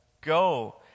go